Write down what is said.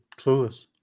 Clueless